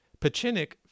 Pachinik